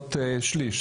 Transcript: בסביבות שליש,